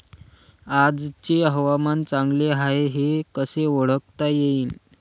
आजचे हवामान चांगले हाये हे कसे ओळखता येईन?